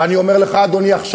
ואני אומר לך עכשיו,